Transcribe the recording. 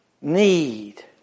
need